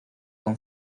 con